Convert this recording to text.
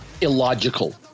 illogical